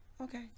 Okay